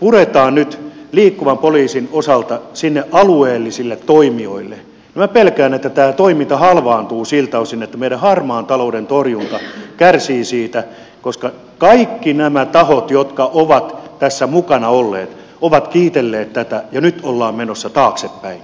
puretaan nyt liikkuvan poliisin osalta sinne alueellisille toimijoille niin minä pelkään että tämä toiminta halvaantuu siltä osin että meidän harmaan talouden torjuntamme kärsii siitä koska kaikki nämä tahot jotka ovat tässä mukana olleet ovat kiitelleet tätä ja nyt ollaan menossa taaksepäin